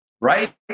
right